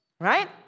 Right